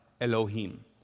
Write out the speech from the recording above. Elohim